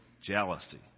jealousy